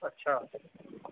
अच्छा